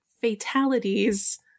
fatalities